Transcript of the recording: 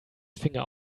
finger